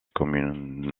comme